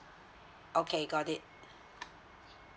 okay got it